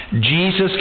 Jesus